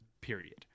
period